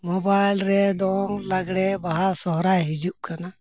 mobile ᱨᱮ ᱫᱚᱝ ᱞᱟᱜᱽᱬᱮ ᱵᱟᱦᱟ ᱥᱚᱦᱨᱟᱭ ᱦᱤᱡᱩᱜ ᱠᱟᱱᱟ